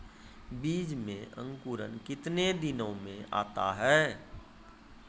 बीज मे अंकुरण कितने दिनों मे आता हैं?